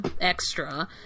extra